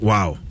Wow